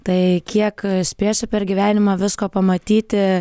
tai kiek spėsiu per gyvenimą visko pamatyti